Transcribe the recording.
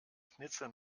schnitzel